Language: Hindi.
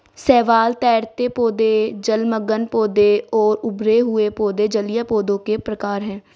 शैवाल, तैरते पौधे, जलमग्न पौधे और उभरे हुए पौधे जलीय पौधों के प्रकार है